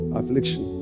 affliction